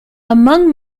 among